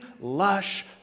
lush